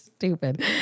stupid